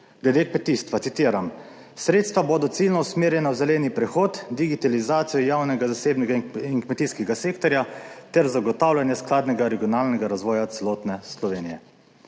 glede kmetijstva, citiram: »Sredstva bodo ciljno usmerjena v zeleni prehod, digitalizacijo javnega, zasebnega in kmetijskega sektorja ter zagotavljanje skladnega regionalnega razvoja celotne Slovenije.«